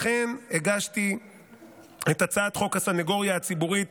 לכן הגשתי את הצעת חוק הסנגוריה הציבורית,